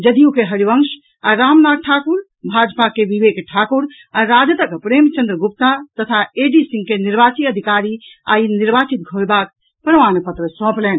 जदयू के हरिवंश आ रामनाथ ठाकुर भाजपा के विवेक ठाकुर आ राजदक प्रेमचंद गुप्ता तथा ए डी सिंह के निर्वाची अधिकारी आइ निर्वाचित होयबाक प्रमाण पत्र सौंपलनि